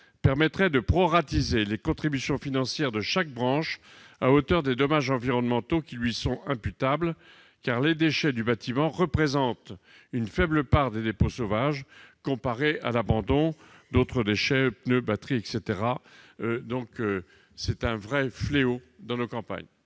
permettrait de proratiser les contributions financières de chaque branche à hauteur des dommages environnementaux qui lui sont imputables, car les déchets du bâtiment représentent une faible part des dépôts sauvages par rapport à l'abandon d'autres déchets tels les pneus ou les batteries, par exemple.